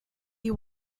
you